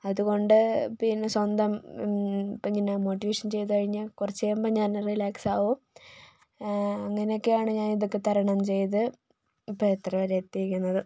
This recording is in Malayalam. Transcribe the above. അതുകൊണ്ട് പിന്നെ സ്വന്തം ഇപ്പോൾ ഇങ്ങനെ മോട്ടിവേഷൻ ചെയ്തു കഴിഞ്ഞാൽ കുറച്ചു കഴിയുമ്പോൾ ഞാൻ റിലാക്സ് ആകും അങ്ങനെ ഒക്കെ ആണ് ഞാൻ ഇതൊക്കെ തരണം ചെയ്ത് ഇപ്പോൾ ഇത്രവരെ എത്തിയിരിക്കുന്നത്